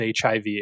hiv